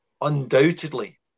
undoubtedly